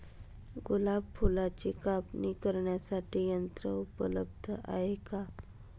गुलाब फुलाची कापणी करण्यासाठी यंत्र उपलब्ध आहे का?